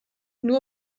nur